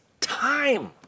time